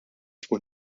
tkun